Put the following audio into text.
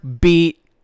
beat